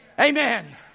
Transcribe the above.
Amen